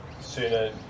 sooner